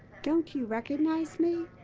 don't you recognize me?